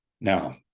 now